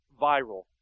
viral